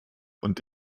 und